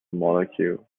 molecule